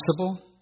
possible